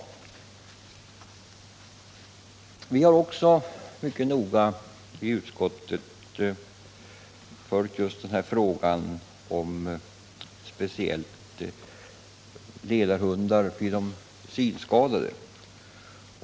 I utskottet har vi också mycket noga följt frågan om ledarhundar för de synskadade.